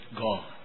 God